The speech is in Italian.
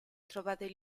trovare